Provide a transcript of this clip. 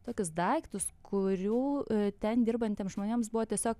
tokius daiktus kurių ten dirbantiems žmonėms buvo tiesiog